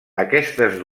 aquestes